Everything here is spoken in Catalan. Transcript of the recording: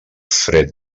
fred